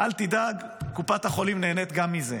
אל תדאג, קופת החולים נהנית גם מזה.